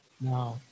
Now